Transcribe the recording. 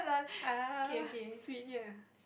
!ah!